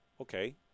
okay